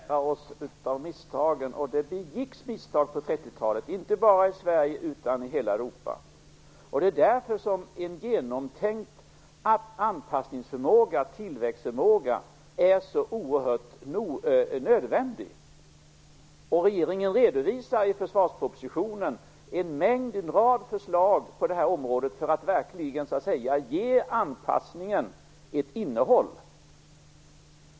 Herr talman! Det är klart att vi skall lära oss av misstagen. Det begicks misstag på 30-talet, inte bara i Sverige utan i hela Europa. Det är därför som en genomtänkt anpassningsförmåga, tillväxtförmåga, är så oerhört nödvändig. I försvarspropositionen redovisar regeringen en rad förslag på det här området för att verkligen ge anpassningen ett innehåll.